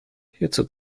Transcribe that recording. hierzu